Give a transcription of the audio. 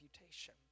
reputation